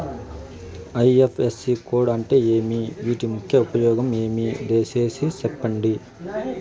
IFSC code అంటే ఏమి? వీటి ముఖ్య ఉపయోగం ఏమి? దయసేసి సెప్పండి?